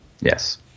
Yes